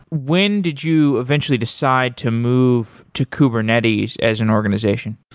when did you eventually decide to move to kubernetes as an organization?